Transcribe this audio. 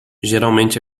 geralmente